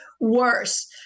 worse